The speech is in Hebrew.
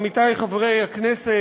עמיתי חברי הכנסת,